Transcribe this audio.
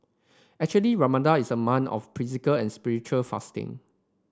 actually Ramadan is a month of physical and spiritual fasting